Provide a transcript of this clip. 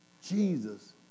Jesus